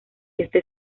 este